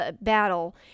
battle